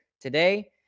today